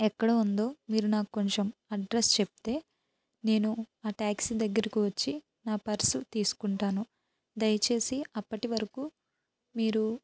ఎక్కడ ఉందో మీరు నాకు కొంచెం అడ్రస్ చెప్తే నేను ఆ ట్యాక్సీ దగ్గరకు వచ్చి నా పర్సు తీసుకుంటాను దయచేసి అప్పటి వరకు మీరు